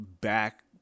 back